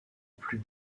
plus